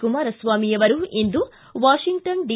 ಕುಮಾರಸ್ವಾಮಿ ಅವರು ಇಂದು Washington D